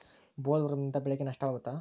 ಬೊಲ್ವರ್ಮ್ನಿಂದ ಬೆಳೆಗೆ ನಷ್ಟವಾಗುತ್ತ?